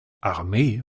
armee